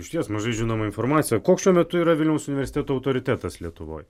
išties mažai žinoma informacija koks šiuo metu yra vilniaus universiteto autoritetas lietuvoj